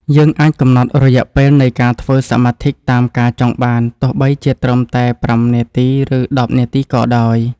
យើងអាចកំណត់រយៈពេលនៃការធ្វើសមាធិតាមការចង់បានទោះបីជាត្រឹមតែប្រាំនាទី ឬ ដប់នាទីក៏ដោយ។